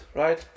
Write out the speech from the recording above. right